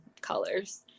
colors